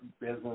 business